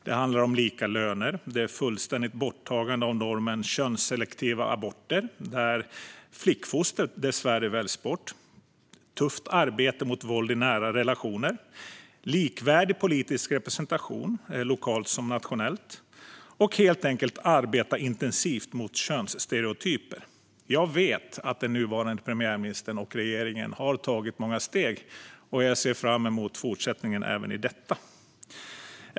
Det handlar om lika löner, ett fullständigt borttagande av normen könsselektiva aborter, som dessvärre innebär att flickfoster väljs bort, ett tufft arbete mot våld i nära relationer, likvärdig politisk representation, lokalt som nationellt, och helt enkelt ett intensivt arbete mot könsstereotyper. Jag vet att den nuvarande premiärministern och regeringen har tagit många steg, och jag ser fram emot fortsättningen även i detta.